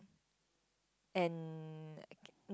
and ok~